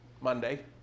Monday